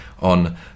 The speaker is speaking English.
on